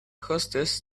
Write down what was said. hostess